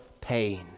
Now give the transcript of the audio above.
pain